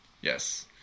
Yes